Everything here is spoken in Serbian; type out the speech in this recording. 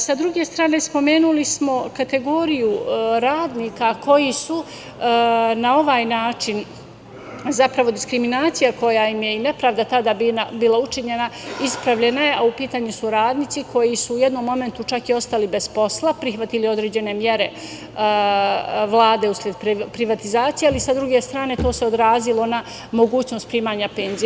Sa druge strane spomenuli smo kategoriju radnika koji su na ovaj način, zapravo diskriminacija i nepravda koja im je tada bila učinjena ispravljena je, a u pitanju su radnici koji su u jednom momentu čak i ostali bez posla, prihvatili određene mere Vlade usled privatizacije, ali sa druge strane to se odrazilo na mogućnost primanja penzija.